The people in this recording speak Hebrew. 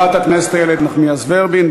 חברת הכנסת איילת נחמיאס ורבין,